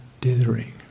dithering